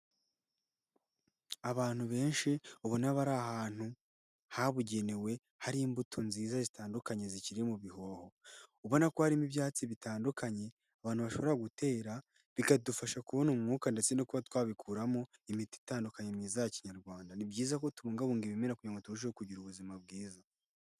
Abantu benshi ubona bari ahantu habugenewe hari imbuto nziza zitandukanye zikiri mu bihoho, ubona ko harimo ibyatsi bitandukanye abantu bashobora gutera bikadufasha kubona umwuka ndetse no kuba twabikuramo imiti itandukanye myiza ya kinyarwanda. Ni byiza ko tubungabunga ibimera kugira ngo turusheho kugira ubuzima bwiza.